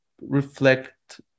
reflect